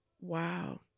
Wow